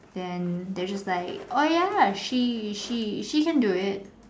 then they're just like oh ya she she can do it